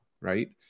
right